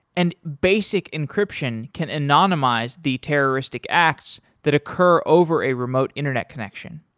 and basic encryption can anonymize the terroristic acts that occur over a remote internet connection.